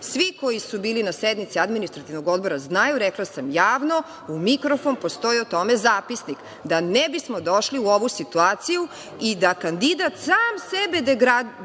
koji su bili na sednici Administrativnog odbora znaju, rekla sam javno u mikrofon, postoji o tome zapisnik, da ne bismo došli u ovu situaciju i da kandidat sam sebe degradira